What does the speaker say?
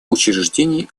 учреждений